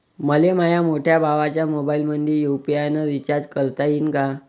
मले माह्या मोठ्या भावाच्या मोबाईलमंदी यू.पी.आय न रिचार्ज करता येईन का?